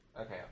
Okay